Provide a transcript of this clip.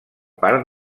part